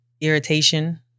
irritation